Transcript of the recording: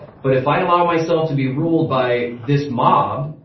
but if i allow myself to be ruled by this mob,